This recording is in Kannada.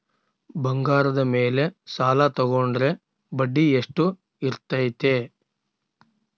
ಬಂಗಾರದ ಮೇಲೆ ಸಾಲ ತೋಗೊಂಡ್ರೆ ಬಡ್ಡಿ ಎಷ್ಟು ಇರ್ತೈತೆ?